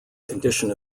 condition